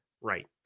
right